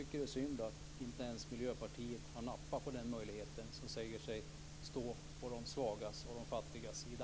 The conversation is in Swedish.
Det är synd att inte ens Miljöpartiet har nappat på den möjligheten. Man säger sig ju stå på de svagas och de fattigas sida.